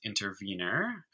intervener